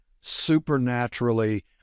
supernaturally